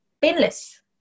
painless